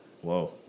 Whoa